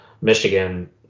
Michigan